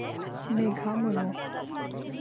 Megha Murmu